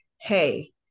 hey